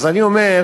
אז אני אומר: